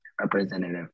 representative